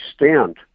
extent